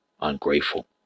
Ungrateful